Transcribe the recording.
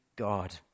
God